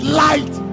light